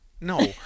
no